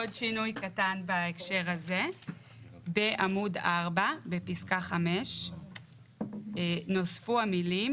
עוד שינוי קטן בהקשר הזה בעמוד 4 בפסקה 5. נוספו המילים